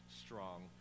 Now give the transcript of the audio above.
strong